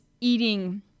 eating